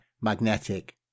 magnetic